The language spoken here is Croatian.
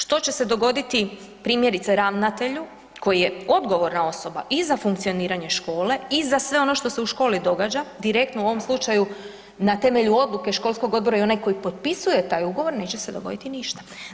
Što će se dogoditi primjerice ravnatelju koji je odgovorna osoba i za funkcioniranje škole i za sve ono što se u školi događa direktno u ovom slučaju na temelju odluke školskog odbora i onaj koji potpisuje taj ugovor, neće se dogoditi ništa.